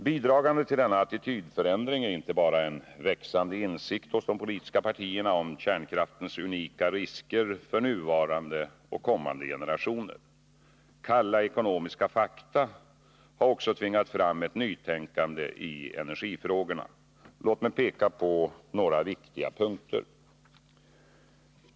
Bidragande till denna attitydförändring är inte bara en växande insikt hos de politiska partierna om kärnkraftens unika risker för nuvarande och kommande generationer. Kalla ekonomiska fakta har också tvingat fram ett nytänkande i energifrågorna. Låt mig peka på några viktiga punkter.